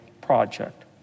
project